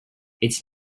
its